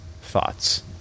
Thoughts